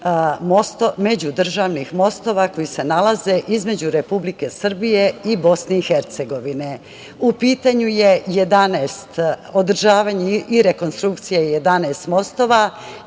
međudržavnih mostova koji se nalaze između Republike Srbije i Bosne i Hercegovine.U pitanju je održavanje i rekonstrukcija 11 mostova